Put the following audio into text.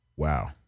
Wow